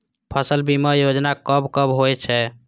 फसल बीमा योजना कब कब होय छै?